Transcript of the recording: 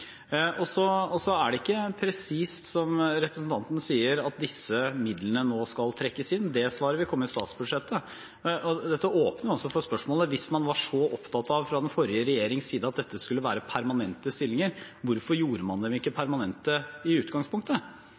Så er det ikke presist, som representanten sier, at disse midlene nå skal trekkes inn. Det svaret kommer i statsbudsjettet. Dette åpner for spørsmålet: Hvis man fra den forrige regjerings side var så opptatt av at det skulle være permanente stillinger, hvorfor gjorde man dem ikke permanente i utgangspunktet? Det var den rød-grønne regjeringen som godt inni i